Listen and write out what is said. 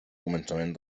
començament